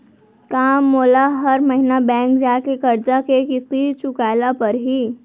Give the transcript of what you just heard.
का मोला हर महीना बैंक जाके करजा के किस्ती चुकाए ल परहि?